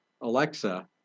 Alexa